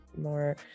more